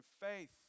faith